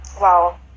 wow